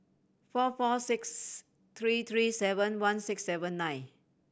four four six three three seven one six seven nine